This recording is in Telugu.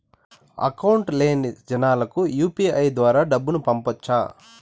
అకౌంట్ లేని జనాలకు యు.పి.ఐ ద్వారా డబ్బును పంపొచ్చా?